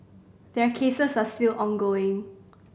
their cases are still ongoing